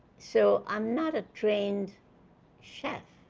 so i'm not a trained chef.